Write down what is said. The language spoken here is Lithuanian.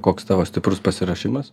koks tavo stiprus pasiruošimas